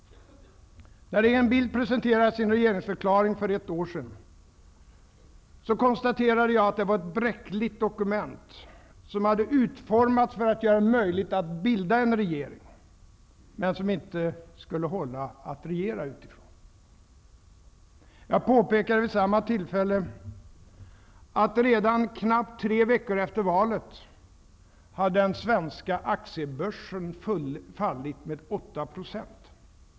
När regeringen Bildt presenterade sin regeringsförklaring för ett år sedan konstaterade jag att det var ett bräckligt dokument som hade utformats för att göra det möjligt att bilda en regering, men som det inte skulle vara möjligt att regera efter. Jag påpekade vid samma tillfälle att redan knappt tre veckor efter valet hade den svenska aktiebörsen fallit med åtta procent.